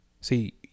see